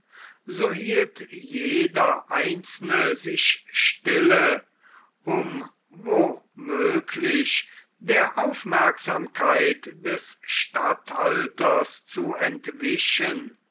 so hielt jeder einzelne sich stille um wo möglich der aufmerksamkeit des statthalters zu entwischen